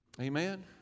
amen